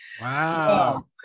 Wow